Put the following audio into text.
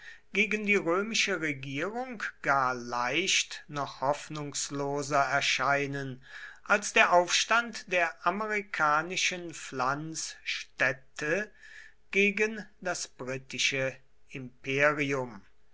gegen die römische regierung gar leicht noch hoffnungsloser erscheinen als der aufstand der amerikanischen pflanzstädte gegen das britische imperium